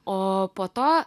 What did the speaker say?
o po to